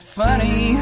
funny